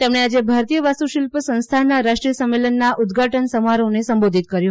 તેમણે આજે ભારતીય વાસ્તુશિલ્પ સંસ્થાનના રાષ્રીવાય સંમેલનના ઉદઘાન સમારોહને સંબોધિત કર્યું